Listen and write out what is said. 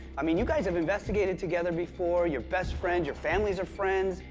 i mean you guys have investigated together before. you're best friends. your families are friends.